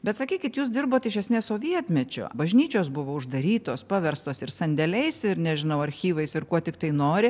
bet sakykit jūs dirbot iš esmės sovietmečiu bažnyčios buvo uždarytos paverstos sandėliais ir nežinau archyvais ir kuo tiktai nori